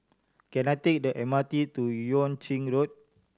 can I take the M R T to Yuan Ching Road